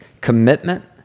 commitment